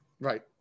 Right